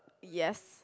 yes